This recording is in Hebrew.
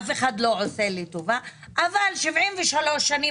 אף אחד לא עושה לי טובה אבל 73 שנים